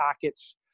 pockets